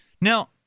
now